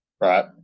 Right